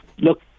Look